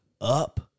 up